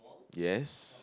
yes